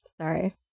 Sorry